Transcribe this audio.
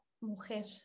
mujer